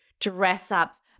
dress-ups